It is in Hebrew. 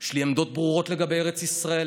יש לי עמדות ברורות לגבי ארץ ישראל,